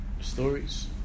stories